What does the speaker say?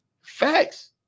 Facts